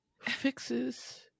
fixes